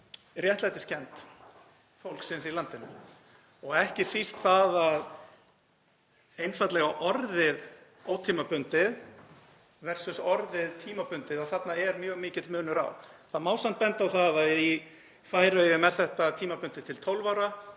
réttlætiskennd fólksins í landinu og ekki síst einfaldlega orðið ótímabundið versus orðið tímabundið, að þarna er mjög mikill munur á. Það má samt benda á það að í Færeyjum er þetta tímabundið til 12 ára,